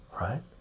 right